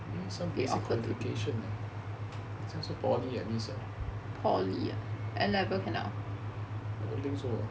need some basic qualification 很像是 poly at least ah don't think so